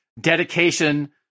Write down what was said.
dedication